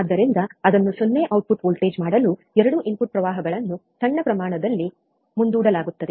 ಆದ್ದರಿಂದ ಅದನ್ನು 0 output voltage ಮಾಡಲು 2 ಇನ್ಪುಟ್ ಪ್ರವಾಹಗಳನ್ನು ಸಣ್ಣ ಪ್ರಮಾಣದಲ್ಲಿ ಮುಂದೂಡಲಾಗುತ್ತದೆ